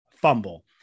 fumble